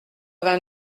vingt